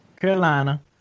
Carolina